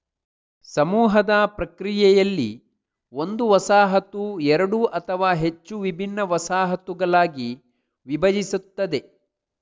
ಸಮೂಹದ ಪ್ರಕ್ರಿಯೆಯಲ್ಲಿ, ಒಂದು ವಸಾಹತು ಎರಡು ಅಥವಾ ಹೆಚ್ಚು ವಿಭಿನ್ನ ವಸಾಹತುಗಳಾಗಿ ವಿಭಜಿಸುತ್ತದೆ